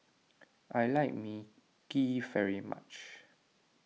I like Mui Kee very much